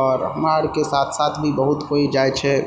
आओर हमरा आरके साथ साथ भी बहुत कोइ जाइ छै